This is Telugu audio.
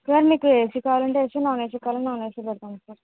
సార్ మీకు ఏసీ కావాలంటే ఏసీ నాన్ ఏసీ కావాలంటే నాన్ ఏసీ పెడతాం సార్